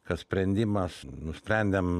kad sprendimas nusprendėm